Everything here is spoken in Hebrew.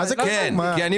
מה הבעיה?